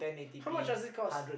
how much does it cost